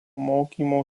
mokymo